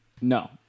No